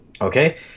Okay